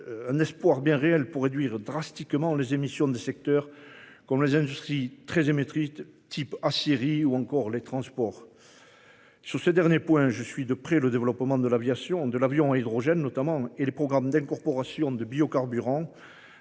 un espoir bien réel pour réduire drastiquement les émissions des secteurs comme les industries très émettrice type Syrie ou encore les transports. Sur ce dernier point, je suis de près le développement de l'aviation de l'avion à hydrogène notamment et les programmes d'incorporation de biocarburant